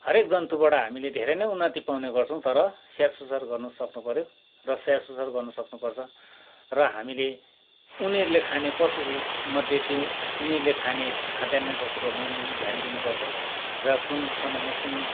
हरेक जन्तुबाट हामीले धेरै नै उन्नति पाउने गर्छौँ तर स्याहार सुसार गर्न सक्नुपर्यो र स्याहार सुसार गर्नु सक्नुपर्छ र हामीले उनीहरूले खाने पशुहरूमध्ये ति तिनीहरू खाने खाद्यान्नको कुरोमा पनि ध्यान दिनुपर्छ र कुन समयमा कुन